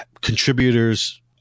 contributors